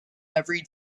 every